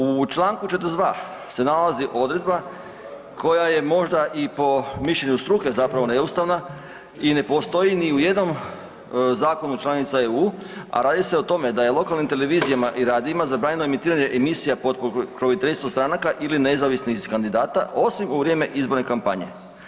U članku 42. se nalazi odredba koja je možda i po mišljenju struke zapravo neustavna i ne postoji ni u jednom zakonu članica EU a radi se o tome da je lokalnim televizijama i radijima zabranjeno emitiranje emisija pod pokroviteljstvom stranaka ili nezavisnih kandidata osim u vrijeme izborne kampanje.